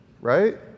right